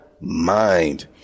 Mind